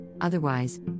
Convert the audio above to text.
otherwise